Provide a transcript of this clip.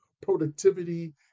productivity